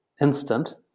instant